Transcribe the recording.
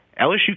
LSU